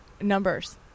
numbers